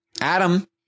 Adam